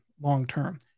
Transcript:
long-term